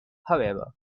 however